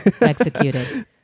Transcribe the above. executed